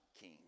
king